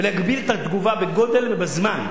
ולהגביל את התגובה בגודל ובזמן,